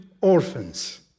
orphans